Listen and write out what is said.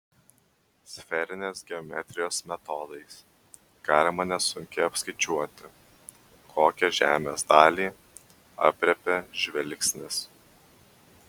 sferinės geometrijos metodais galima nesunkiai apskaičiuoti kokią žemės dalį aprėpia žvilgsnis